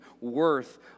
worth